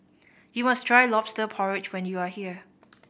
you must try Lobster Porridge when you are here